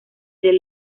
del